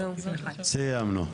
סיימנו.